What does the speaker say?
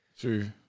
True